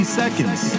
seconds